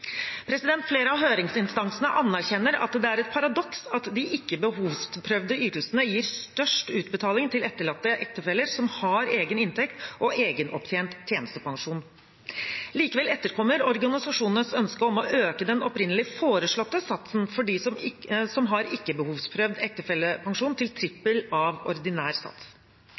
Flere av høringsinstansene anerkjenner at det er et paradoks at de ikke-behovsprøvde ytelsene gir størst utbetaling til etterlatte ektefeller som har egen inntekt og egenopptjent tjenestepensjon. Likevel etterkommer man organisasjonenes ønske om å øke den opprinnelig foreslåtte satsen for dem som har ikke-behovsprøvd ektefellepensjon, til trippel av ordinær